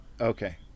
okay